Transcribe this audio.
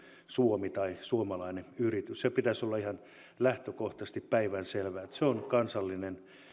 suomi tai suomalainen yritys sen pitäisi olla ihan lähtökohtaisesti päivänselvää että se on kansallinen